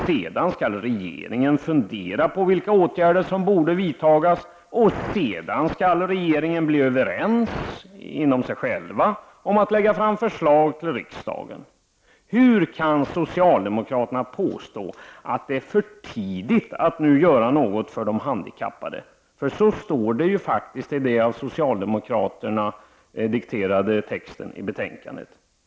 Sedan skall regeringen fundera på vilka åtgärder som borde vidtas, och därefter skall regeringen enas om att lägga fram förslag till riksdagen. Hur kan socialdemokraterna påstå att det nu är för tidigt att göra någonting för de handikappade? Så står det faktiskt i den av socialdemokraterna dikterade texten i betänkandet.